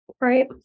right